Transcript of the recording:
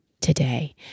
today